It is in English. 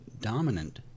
dominant